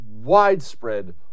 widespread